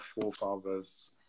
forefathers